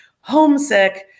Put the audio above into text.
homesick